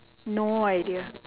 no idea